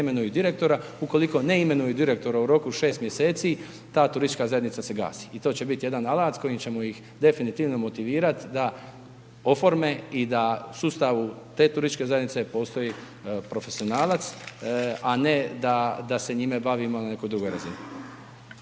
imenuju direktora. Ukoliko ne imenuju direktora u roku od 6 mjeseci, ta turistička zajednica se gasi i to će biti jedan alat s kojim ćemo ih definitivno motivirati da oforme i da u sustavu te turističke zajednice postoji profesionalac, a ne da se njime bavimo na nekoj drugoj razini.